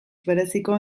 bereziko